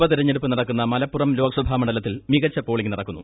ഉപതെരഞ്ഞെടുപ്പ് നടക്കുന്ന മലപ്പുറം ലോക്സഭാ മണ്ഡലത്തിൽ മികച്ച പോളിംഗ് നടക്കുന്നു